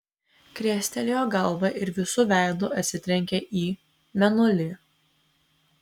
krestelėjo galvą ir visu veidu atsitrenkė į mėnulį